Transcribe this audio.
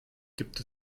gibt